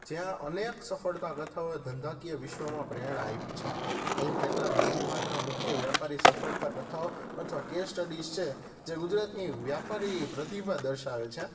જ્યાં અનેક સફળતા ગાથાઓએ ધંધાકીય વિશ્વમાં પ્રેરણા આપી છે અહીં કેટલાક નોંધપાત્ર મુખ્ય વ્યાપારી સફળતા કથાઓ અથવા કેશ સ્ટડીસ છે જે ગુજરાતની વ્યાપારી પ્રતિભા દર્શાવે છે